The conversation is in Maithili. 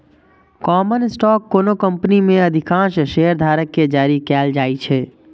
कॉमन स्टॉक कोनो कंपनी मे अधिकांश शेयरधारक कें जारी कैल जाइ छै